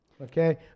Okay